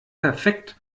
perfekt